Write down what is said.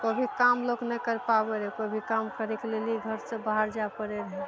कोइ भी काम लोक नहि करि पाबय रहय कोइ भी काम करयके लेल घरसँ बाहर जाय पड़य रहय